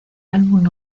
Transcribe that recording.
álbum